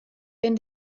wenn